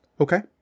Okay